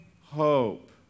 hope